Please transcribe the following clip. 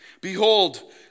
Behold